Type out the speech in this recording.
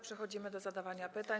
Przechodzimy do zadawania pytań.